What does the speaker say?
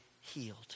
healed